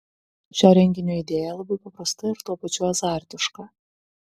šio renginio idėja labai paprasta ir tuo pačiu azartiška